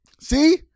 See